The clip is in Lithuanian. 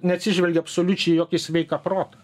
neatsižvelgia absoliučiai į jokį sveiką protą